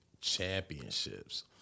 championships